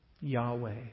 Yahweh